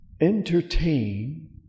Entertain